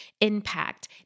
impact